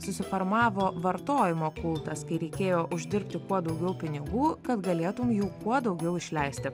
susiformavo vartojimo kultas kai reikėjo uždirbti kuo daugiau pinigų kad galėtum jų kuo daugiau išleisti